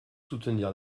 soutenir